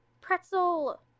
Pretzel